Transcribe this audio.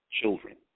children